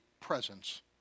presence